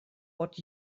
what